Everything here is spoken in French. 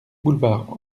boulevard